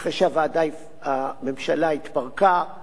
אחרי שהממשלה התפרקה,